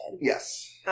Yes